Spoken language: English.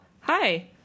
hi